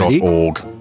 .org